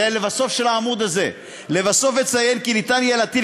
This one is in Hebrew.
זה לבסוף של העמוד הזה כי ניתן יהיה להטיל